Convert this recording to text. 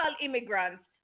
immigrants